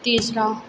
तीसरा